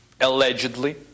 Allegedly